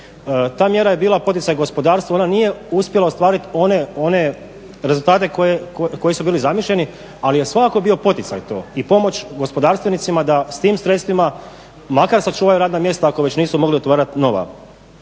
Ta mjera je bila poticaj gospodarstva. Ona nije uspjela ostvariti one rezultate koji su bili zamišljeni, ali je svakako bio poticaj to i pomoć gospodarstvenicima da s tim sredstvima makar sačuvaju radna mjesta ako već nisu mogli otvarati nova.